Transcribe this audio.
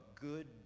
good